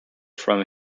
from